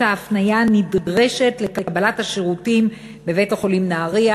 ההפניה הנדרשת לקבלת השירותים בבית-החולים בנהרייה.